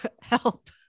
Help